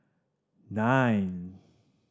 nine